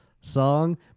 song